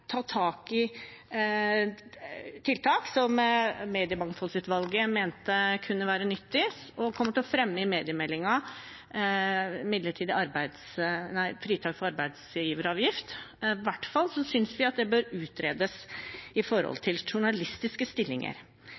ta tak i tiltak som mediemangfoldsutvalget mente kunne være nyttige, og kommer til å fremme forslag om fritak for arbeidsgiveravgift ved behandlingen av mediemeldingen – i hvert fall synes vi dette bør utredes for journalistiske stillinger.